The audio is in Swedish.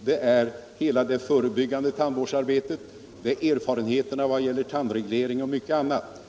det är hela det förebyggande tandvårdsarbetet. det är erfarenheterna vad giäller tandreglering och mycket annat.